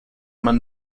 man